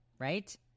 Right